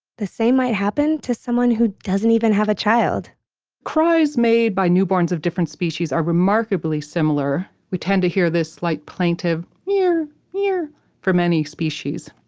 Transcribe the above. the same might happen to someone who doesn't even have a child cries made by newborns of different species are remarkably similar. we tend to hear this slight plaintive yeah rear rear for many species